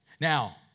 Now